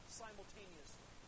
simultaneously